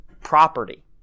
property